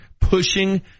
pushing